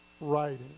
writing